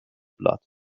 blood